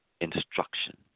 instruction